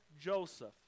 Joseph